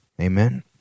Amen